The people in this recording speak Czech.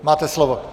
Máte slovo.